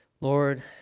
Lord